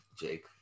Jake